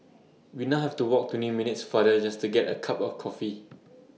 we now have to walk twenty minutes farther just to get A cup of coffee